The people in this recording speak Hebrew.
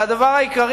והדבר העיקרי,